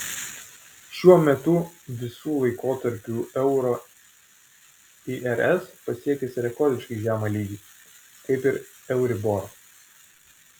šiuo metu visų laikotarpių euro irs pasiekęs rekordiškai žemą lygį kaip ir euribor